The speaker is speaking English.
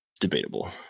Debatable